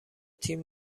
تیم